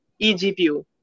eGPU